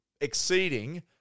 exceeding